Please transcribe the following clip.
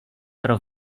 pro